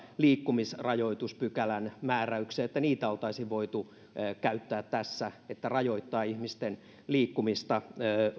liikkumisrajoituspykälän määräyksiä että niitä oltaisiin voitu käyttää tässä rajoittaa ihmisten liikkumista